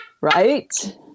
Right